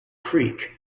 creek